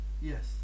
yes